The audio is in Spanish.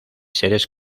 seres